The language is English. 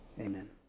Amen